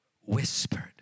whispered